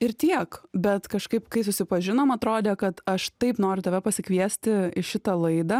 ir tiek bet kažkaip kai susipažinom atrodė kad aš taip noriu tave pasikviesti į šitą laidą